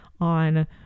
on